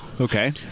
Okay